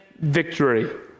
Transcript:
victory